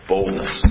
Boldness